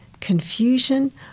confusion